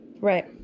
Right